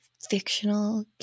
Fictional